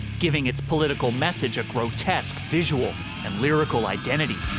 giving its political message a grotesque visual and lyrical identity.